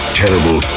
terrible